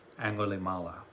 Angulimala